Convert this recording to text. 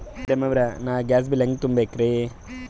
Madam ಅವ್ರ, ನಾ gas bill ಹೆಂಗ ತುಂಬಾ ಬೇಕ್ರಿ?